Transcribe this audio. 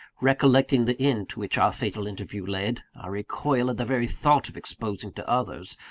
recollecting the end to which our fatal interview led, i recoil at the very thought of exposing to others,